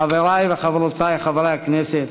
חברי וחברותי חברי הכנסת,